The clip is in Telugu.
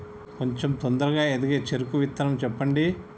కొంచం తొందరగా ఎదిగే చెరుకు విత్తనం చెప్పండి?